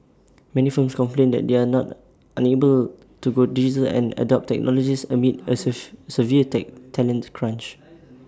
many firms complain that they are not unable to go digital and adopt technologies amid A severe tech talent crunch